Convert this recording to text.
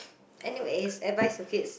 anyways advice to kids